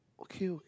okay okay